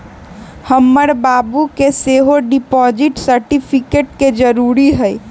हमर बाबू के सेहो डिपॉजिट सर्टिफिकेट के जरूरी हइ